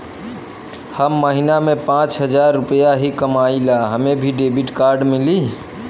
हम महीना में पाँच हजार रुपया ही कमाई ला हमे भी डेबिट कार्ड मिली?